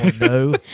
no